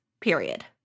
period